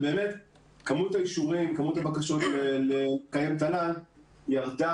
ובאמת כמות האישורים והבקשות לקיים תל"ן ירדה